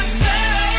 say